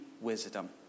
wisdom